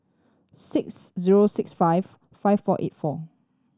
six zero six five five four eight four